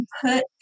put